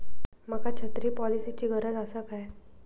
माका छत्री पॉलिसिची गरज आसा काय?